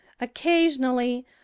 Occasionally